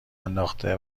انداخته